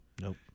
Nope